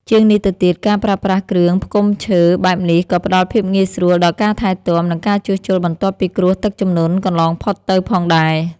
ជាងនេះទៅទៀត ការប្រើប្រាស់គ្រឿងផ្គុំឈើបែបនេះក៏ផ្ដល់ភាពងាយស្រួលដល់ការថែទាំ និងការជួសជុលបន្ទាប់ពីគ្រោះទឹកជំនន់កន្លងផុតទៅផងដែរ។